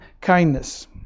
kindness